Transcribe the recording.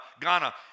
Ghana